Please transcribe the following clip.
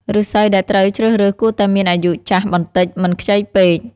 ឫស្សីដែលត្រូវជ្រើសរើសគួរតែមានអាយុចាស់បន្តិច មិនខ្ចីពេក។